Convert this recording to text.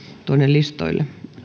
tuonne listaan